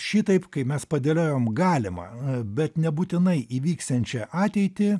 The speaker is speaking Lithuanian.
šitaip kai mes padėliojam galimą bet nebūtinai įvyksiančią ateitį